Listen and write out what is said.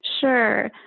Sure